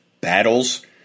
battles